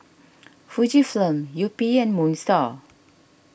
Fujifilm Yupi and Moon Star